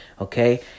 Okay